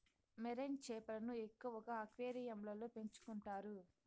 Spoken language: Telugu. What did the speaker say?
మెరైన్ చేపలను ఎక్కువగా అక్వేరియంలలో పెంచుకుంటారు